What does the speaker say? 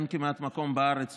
אין כמעט מקום בארץ,